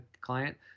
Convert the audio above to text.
client